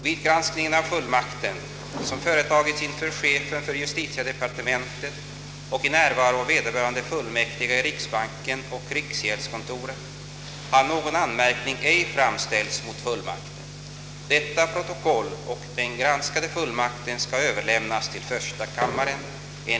Vid granskning av fullmakten, som företagits inför chefen för justitiedepartementet och i närvaro av vederbörande fullmäktige i riksbanken och riksgäldskontoret, har någon anmärkning ej framställts mot fullmakten. Detta protokoll och den granskade fullmakten skall överlämnas till första kammaren.